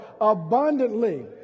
abundantly